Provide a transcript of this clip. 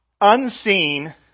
unseen